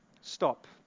Stop